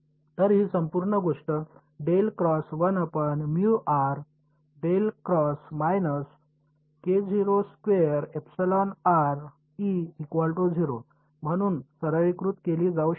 तर ही संपूर्ण गोष्ट म्हणून सरलीकृत केली जाऊ शकते